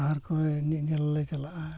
ᱟᱦᱟᱨ ᱠᱚᱨᱮ ᱧᱮᱧᱮᱞ ᱞᱮ ᱪᱟᱞᱟᱜᱼᱟ